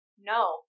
No